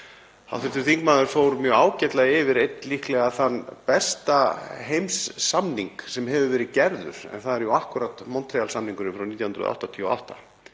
skilja. Hv. þingmaður fór mjög ágætlega yfir líklega þann besta heimssamning sem hefur verið gerður en það er akkúrat Montreal-samningurinn frá 1989.